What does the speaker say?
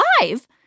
live